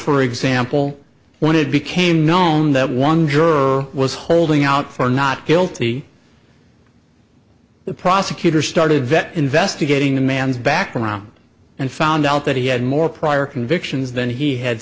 for example when it became known that one juror was holding out for not guilty the prosecutor started vet investigating the man's background and found out that he had more prior convictions than he had